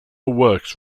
works